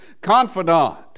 confidant